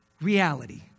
reality